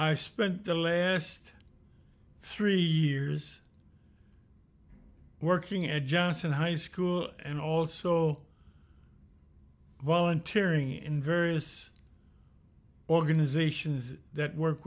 i spent the last three years working at johnson high school and also volunteering in various organizations that work